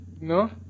No